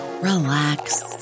relax